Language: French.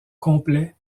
complet